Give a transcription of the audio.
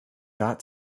got